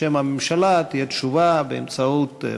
בשם הממשלה תהיה תשובה באמצעות,